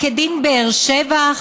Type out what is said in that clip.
כדין באר שבע,